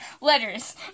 Letters